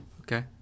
Okay